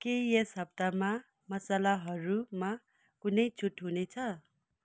के यस हप्तामा मसलाहरूमा कुनै छुट हुने छ